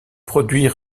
produit